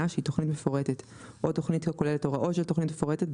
שהיא תכנית מפורטת או תכנית הכוללת הוראות של תכנית מפורטת,